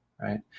right